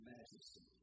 Majesty